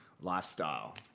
lifestyle